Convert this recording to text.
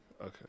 Okay